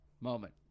moment